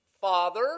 father